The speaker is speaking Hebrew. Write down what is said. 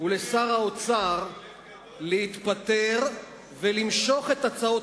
ולשר האוצר להתפטר ולמשוך את הצעות